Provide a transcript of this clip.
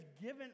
given